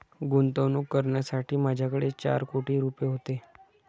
गुंतवणूक करण्यासाठी माझ्याकडे चार कोटी रुपये होते